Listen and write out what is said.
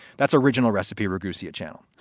that's original recipe ragusa channel.